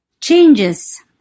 changes